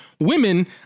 women